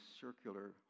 circular